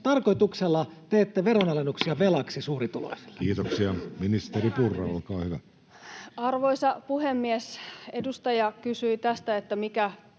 tarkoituksella teette veronalennuksia velaksi suurituloisille? Kiitoksia. — Ministeri Purra, olkaa hyvä. Arvoisa puhemies! Edustaja käsitteli sitä, mikä